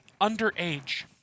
underage